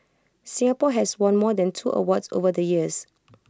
Singapore has won more than two awards over the years